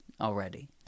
already